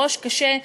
בראש קשה,